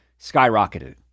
skyrocketed